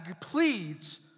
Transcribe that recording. pleads